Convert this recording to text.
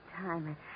time